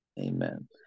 amen